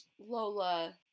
Lola